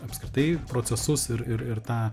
apskritai procesus ir ir ir tą